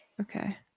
Okay